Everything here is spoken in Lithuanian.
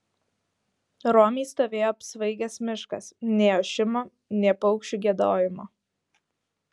romiai stovėjo apsvaigęs miškas nė ošimo nė paukščių giedojimo